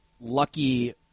lucky